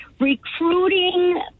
recruiting